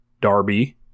Darby